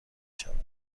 شود